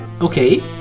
Okay